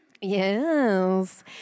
Yes